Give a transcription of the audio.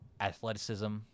athleticism